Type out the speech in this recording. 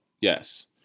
Yes